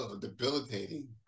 debilitating